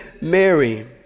Mary